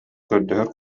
көрдөһөр